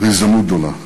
והזדמנות גדולה.